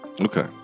Okay